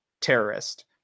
terrorist